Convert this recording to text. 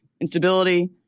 instability